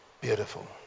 Beautiful